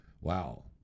wow